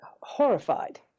horrified